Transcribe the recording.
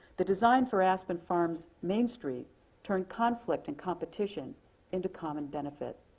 the design for aspen farms main street turn conflict and competition into common benefit.